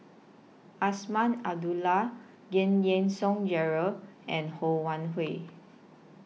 Azman Abdullah Giam Yean Song Gerald and Ho Wan Hui